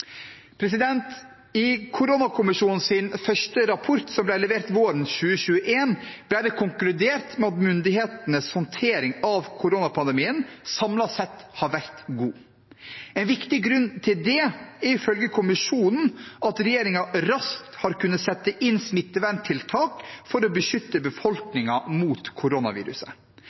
I koronakommisjonens første rapport, som ble levert våren 2021, ble det konkludert med at myndighetenes håndtering av koronapandemien samlet sett har vært god. En viktig grunn til det er, ifølge kommisjonen, at regjeringen raskt har kunnet sette inn smitteverntiltak for å beskytte befolkningen mot koronaviruset.